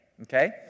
Okay